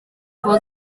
for